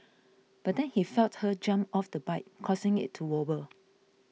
but then he felt her jump off the bike causing it to wobble